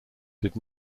did